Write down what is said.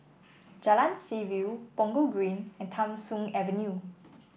Jalan Seaview Punggol Green and Tham Soong Avenue